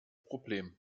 problem